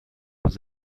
was